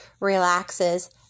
relaxes